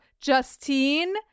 Justine